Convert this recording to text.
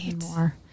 more